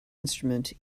instrument